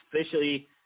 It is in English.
officially